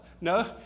No